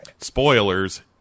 spoilers